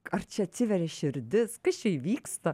ar čia atsiveria širdis kas čia įvyksta